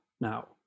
now